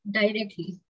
directly